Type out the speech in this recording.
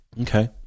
okay